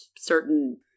certain